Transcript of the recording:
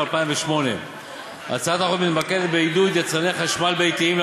2008. הצעת החוק מתמקדת בעידוד יצרני חשמל ביתיים,